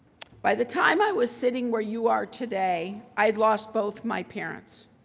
by the time i was sitting where you are today, i'd lost both my parents.